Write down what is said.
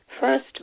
first